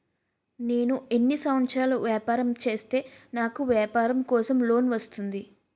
నేను ఎన్ని సంవత్సరాలు వ్యాపారం చేస్తే నాకు వ్యాపారం కోసం లోన్ వస్తుంది?